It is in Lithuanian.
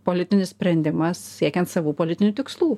politinis sprendimas siekiant savų politinių tikslų